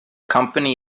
company